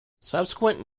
subsequent